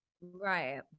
Right